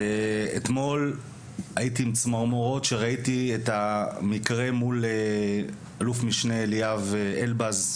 ואתמול הייתי עם צמרמורות שראיתי את המקרה מול אלוף משנה אליאב אלבז,